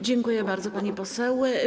Dziękuję bardzo, pani poseł.